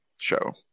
show